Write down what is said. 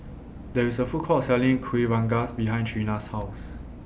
There IS A Food Court Selling Kueh Rengas behind Trina's House